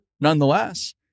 nonetheless